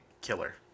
killer